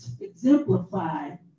exemplified